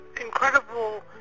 incredible